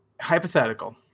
Hypothetical